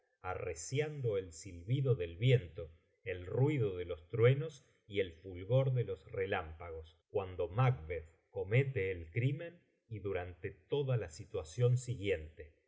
arreciando el silbido del viento el ruido de los truenos y el fulgor de los relámpagos cuando macbeth comete el crimen y durante toda la situación siguiente